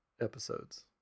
episodes